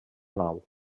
nau